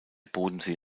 bodensee